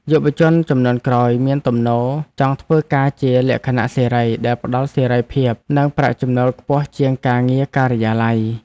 យុវជនជំនាន់ក្រោយមានទំនោរចង់ធ្វើការជាលក្ខណៈសេរីដែលផ្តល់សេរីភាព និងប្រាក់ចំណូលខ្ពស់ជាងការងារការិយាល័យ។